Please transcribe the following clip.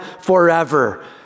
forever